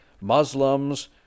Muslims